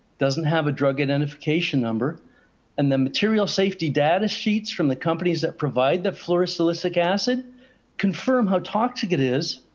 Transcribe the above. doesn't have a drug identification number and the material safety data sheets from the companies that provide the florist solicit acid confirm how talk to get is